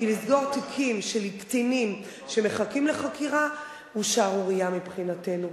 כי לסגור תיקים של קטינים שמחכים לחקירה זה שערורייה מבחינתנו.